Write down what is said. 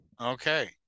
Okay